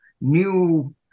new